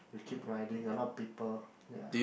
we keep riding a lot of people ya